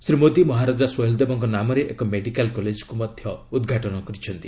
ଶ୍ରୀ ମୋଦୀ ମହାରାଜା ସୋହେଲ ଦେବଙ୍କ ନାମରେ ଏକ ମେଡ଼ିକାଲ କଲେଜକୁ ମଧ୍ୟ ଉଦ୍ଘାଟନ କରିଛନ୍ତି